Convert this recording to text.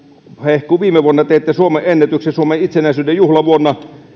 hehkuu viime vuonna teitte suomen ennätyksen suomen itsenäisyyden juhlavuonna